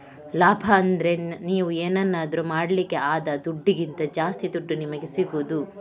ಲಾಭ ಅಂದ್ರೆ ನೀವು ಏನನ್ನಾದ್ರೂ ಮಾಡ್ಲಿಕ್ಕೆ ಆದ ದುಡ್ಡಿಗಿಂತ ಜಾಸ್ತಿ ದುಡ್ಡು ನಿಮಿಗೆ ಸಿಗುದು